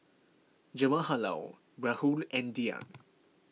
Jawaharlal Rahul and Dhyan